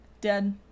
dead